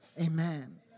amen